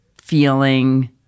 feeling